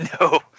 No